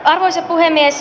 arvoisa puhemies